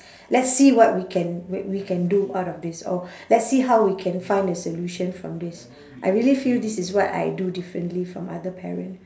let's see what we can wai~ we can do out of this or let's see how we can find a solution from this I really feel this is what I do differently from other parent